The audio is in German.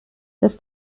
das